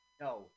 No